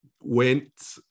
went